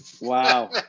Wow